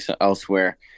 elsewhere